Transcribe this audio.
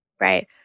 Right